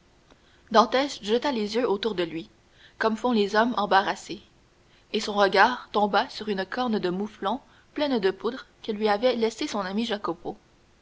dantès jeta les yeux autour de lui comme font les hommes embarrassés et son regard tomba sur une corne de mouflon pleine de poudre que lui avait laissée son ami